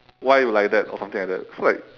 why you like that or something like that so like